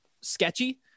sketchy